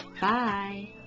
Bye